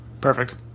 Perfect